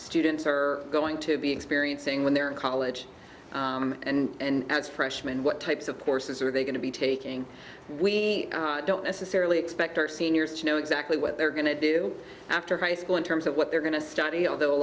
students are going to be experiencing when they're in college and it's freshman what types of courses are they going to be taking we don't necessarily expect our seniors to know exactly what they're going to do after high school in terms of what they're going to study although a